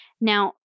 Now